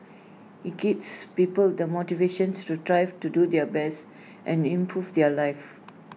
IT gives people the motivations to strive to do their best and improve their lives